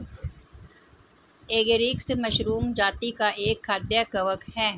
agaricus mushroom जाती का एक खाद्य कवक है